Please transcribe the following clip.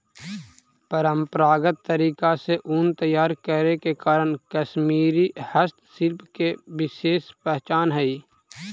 परम्परागत तरीका से ऊन तैयार करे के कारण कश्मीरी हस्तशिल्प के विशेष पहचान हइ